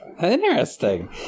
Interesting